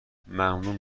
ممنون